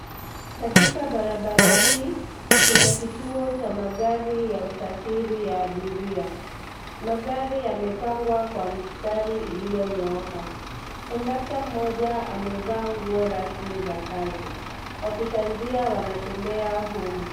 Katika barabara hii kuna kituo cha magari ya usafiri ya abiria. Magari yamepangwa kwa mstari iliyonyooka. Kondakta mmoja amevaa nguo rasmi za kazi. Wapita njia wanatembea humu.